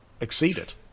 exceeded